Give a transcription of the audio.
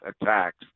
attacks